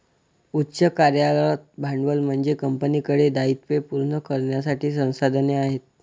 उच्च कार्यरत भांडवल म्हणजे कंपनीकडे दायित्वे पूर्ण करण्यासाठी संसाधने आहेत